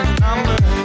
number